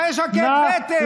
אבל יש לה כאב בטן.